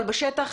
אבל בשטח